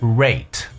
rate